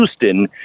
Houston